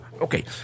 Okay